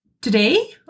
today